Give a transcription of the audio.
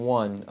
one